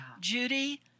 Judy